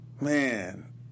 Man